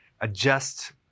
adjust